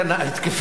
התקפית,